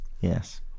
yes